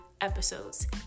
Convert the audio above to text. episodes